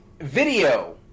video